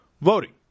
Voting